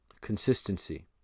Consistency